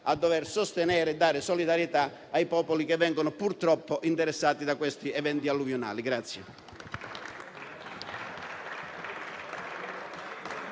a sostenere e dare solidarietà ai popoli che vengono purtroppo interessati da questi eventi alluvionali.